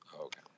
Okay